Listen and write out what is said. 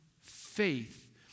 faith